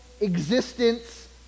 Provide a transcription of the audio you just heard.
existence